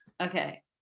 Okay